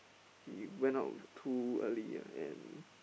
he went out too early and